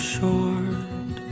short